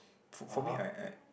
for for me I I